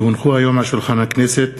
כי הונחו היום על שולחן הכנסת,